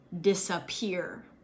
disappear